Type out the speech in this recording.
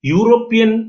European